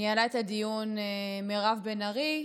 ניהלה את הדיון מירב בן ארי,